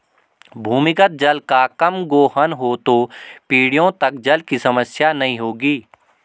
भूमिगत जल का कम गोहन हो तो पीढ़ियों तक जल की समस्या नहीं होगी